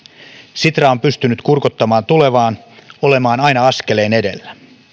sitra on pystynyt kurkottamaan tulevaan olemaan aina askeleen edellä